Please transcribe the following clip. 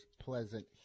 Pleasant